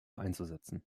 einzusetzen